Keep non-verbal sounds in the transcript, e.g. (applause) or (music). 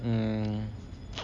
um (breath)